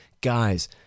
guys